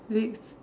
next